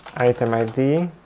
item id,